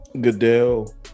Goodell